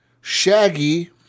Shaggy